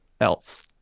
else